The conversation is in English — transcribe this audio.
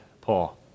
Paul